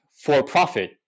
for-profit